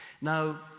Now